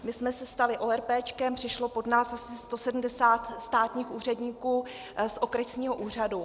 My jsme se stali oerpéčkem, přišlo pod nás 170 státních úředníků z okresního úřadu.